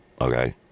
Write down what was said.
Okay